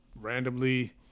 randomly